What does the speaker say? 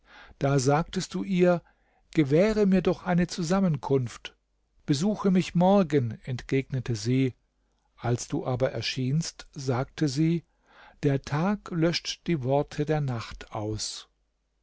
da sagtest du ihr gewähre mir doch eine zusammenkunft besuche mich morgen entgegnete sie als du aber erschienst sagte sie der tag löscht die worte der nacht aus